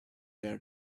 their